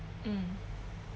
mm